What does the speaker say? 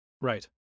Right